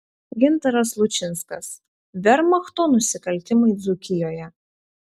gintaras lučinskas vermachto nusikaltimai dzūkijoje